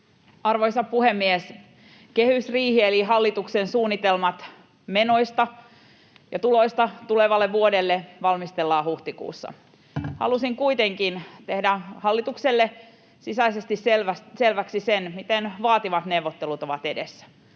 Arvoisa puhemies! Kehysriihi eli hallituksen suunnitelmat menoista ja tuloista tulevalle vuodelle valmistellaan huhtikuussa. Halusin kuitenkin tehdä hallitukselle sisäisesti selväksi sen, miten vaativat neuvottelut ovat edessä.